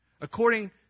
according